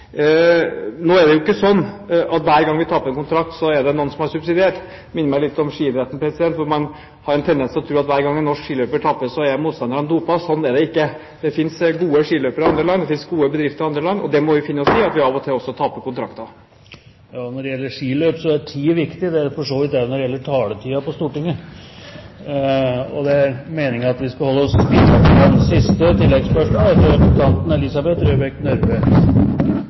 hver gang vi taper en kontrakt, er det noen som har subsidiert. Det minner meg litt om skiidretten, hvor man har en tendens til å tro at hver gang en norsk skiløper taper, er motstanderne dopet. Slik er det ikke. Det finnes gode skiløpere i andre land , det finnes gode bedrifter i andre land, og vi må finne oss i at vi av og til taper kontrakter. Når det gjelder skiløp, er tid viktig. Det er det for så vidt også på Stortinget – når det gjelder taletiden. Det er meningen at vi skal holde oss innenfor den. Elisabeth Røbekk Nørve